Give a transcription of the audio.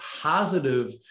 positive